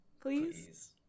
Please